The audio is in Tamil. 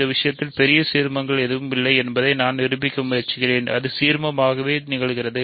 இந்த விஷயத்தில் பெரிய சீர்மங்கள் எதுவும் இல்லை என்பதை நான் நிரூபிக்க முயற்சிக்கிறேன் அது அதே சீர்மமாகவே நிகழ்கிறது